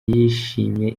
yishimye